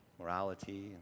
morality